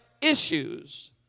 issues